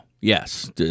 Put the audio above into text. Yes